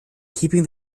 keeping